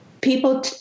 people